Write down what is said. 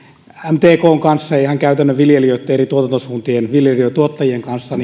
mtkn kanssa ja ihan käytännön viljelijöiden eri tuotantosuuntien tuottajien kanssa